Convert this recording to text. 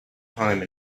time